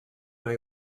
may